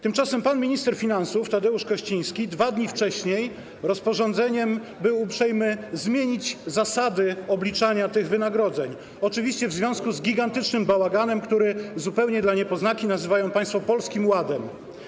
Tymczasem pan minister finansów Tadeusz Kościński 2 dni wcześniej rozporządzeniem był uprzejmy zmienić zasady obliczania tych wynagrodzeń, oczywiście w związku z gigantycznym bałaganem, który zupełnie dla niepoznaki nazywają państwo Polskim Ładem.